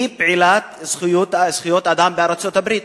היא פעילת זכויות אדם בארצות-הברית.